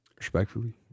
Respectfully